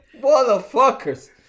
Motherfuckers